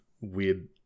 weird